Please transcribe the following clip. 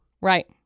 Right